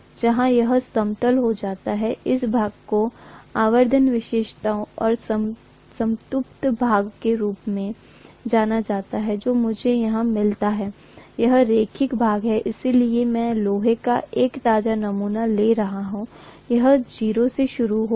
जहाँ यह समतल हो जाता है इस भाग को आवर्धन विशेषताओं और संतृप्त भाग के रूप में जाना जाता है जो मुझे यहाँ मिला है वह रैखिक भाग है इसलिए मैं लोहे का एक ताजा नमूना ले रहा हूं यह 0 से शुरू होगा